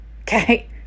okay